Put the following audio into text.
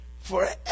forever